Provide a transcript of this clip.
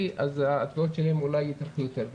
אז התביעות שלהם מתעכבות אפילו יותר.